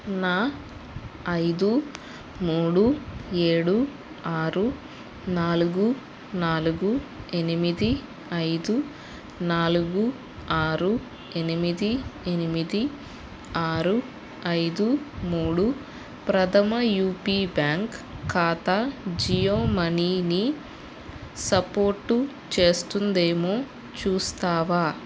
నా ఐదు మూడు ఏడు ఆరు నాలుగు నాలుగు ఎనిమిది ఐదు నాలుగు ఆరు ఎనిమిది ఎనిమిది ఆరు ఐదు మూడు ప్రథమ యూపీ బ్యాంక్ ఖాతా జియో మనీని సపోర్టు చేస్తుంది ఏమో చూస్తావా